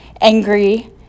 angry